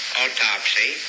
autopsy